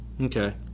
Okay